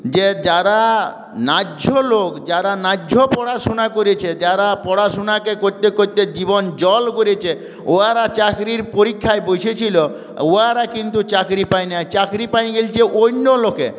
যে যারা ন্যায্য লোক যারা ন্যায্য পড়াশুনা করেছে যারা পড়াশুনাকে করতে করতে জীবন জল করেছে উহারা চাকরির পরীক্ষায় বসেছিল উহারা কিন্তু চাকরি পায় নাই চাকরি পেয়ে গেছে অন্য লোকে